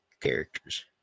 characters